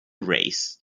race